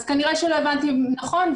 אז כנראה שלא הבנתי נכון,